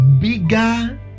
bigger